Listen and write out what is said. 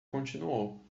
continuou